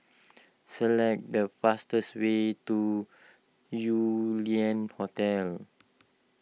select the fastest way to Yew Lian Hotel